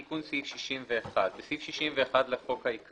תיקון סעיף 61. תיקון סעיף 61 4. בסעיף 61 לחוק העיקרי,